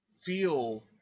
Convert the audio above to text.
feel